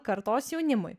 kartos jaunimui